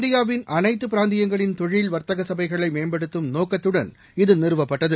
இந்தியாவின் அனைத்து பிராந்தியங்களின் தொழில் வாத்தக சபைகளை மேம்படுத்தம் நோக்கத்துடன் இது நிறுவப்பட்டது